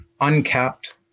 uncapped